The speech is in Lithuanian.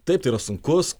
taip tai yra sunkus